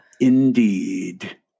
Indeed